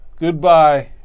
Goodbye